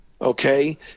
Okay